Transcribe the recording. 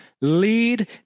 lead